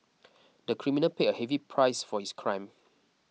the criminal paid a heavy price for his crime